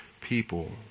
people